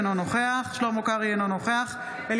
אינו נוכח שלמה קרעי,